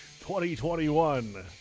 2021